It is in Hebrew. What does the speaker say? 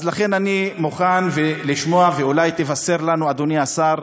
לכן אני מוכן לשמוע, ואולי תבשר לנו, אדוני השר,